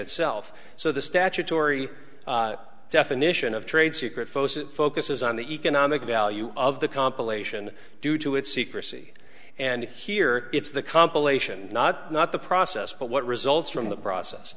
itself so the statutory definition of trade secrets focuses on the economic value of the compilation due to its secrecy and here it's the compilation not not the process but what results from that process